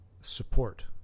support